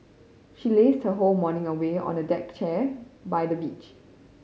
she lazed her whole morning away on the deck chair by the beach